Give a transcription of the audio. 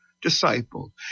disciples